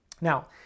Now